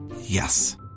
Yes